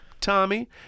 Tommy